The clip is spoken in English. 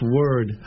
word